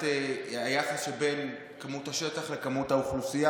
היחס שבין כמות השטח לכמות האוכלוסייה,